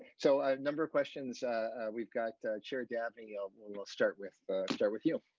so a number of questions we've got chair gathering of we'll and we'll start with start with you.